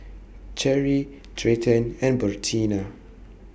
Cherri Treyton and Bertina